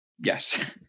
Yes